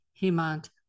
Himant